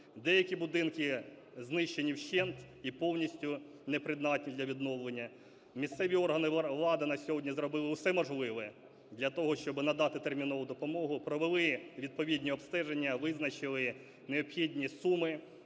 Деякі будинки знищені вщент і повністю непридатні для відновлення. Місцеві органи влади на сьогодні зробили усе можливе для того, щоби надати термінову допомогу, провели відповідні обстеження, визначили необхідні суми